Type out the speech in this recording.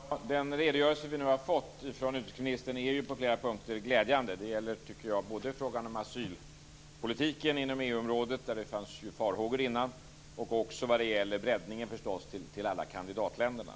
Fru talman! Den redogörelse vi nu har fått från utrikesministern är på flera punkter glädjande. Det gäller både frågan om asylpolitiken inom EU området, där det fanns farhågor innan, och förstås breddningen till alla kandidatländerna.